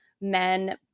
men